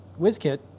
WizKit